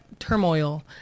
Turmoil